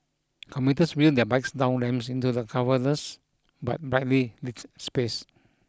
commuters wheel their bikes down ramps into the cavernous but brightly lit space